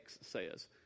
says